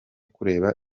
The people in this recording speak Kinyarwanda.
kureba